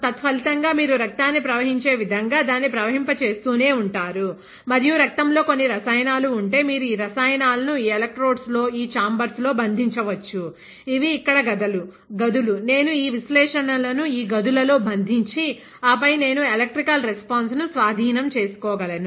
తత్ఫలితంగా మీరు రక్తాన్ని ప్రవహించే విధంగా దాన్ని ప్రవహింప చేస్తూనే ఉంటారు మరియు రక్తం లో కొన్ని రసాయనాలు ఉంటేమీరు ఈ రసాయనాలను ఈ ఎలెక్ట్రోడ్స్ లో ఈ చాంబర్స్ లో బంధించవచ్చు ఇవి ఇక్కడ గదులునేను ఈ విశ్లేషణలను ఈ గదులలో బంధించి ఆపై నేను ఎలక్ట్రికల్ రెస్పాన్స్ ను స్వాధీనం చేసుకోగలను